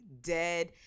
dead